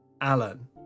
Alan